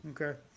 Okay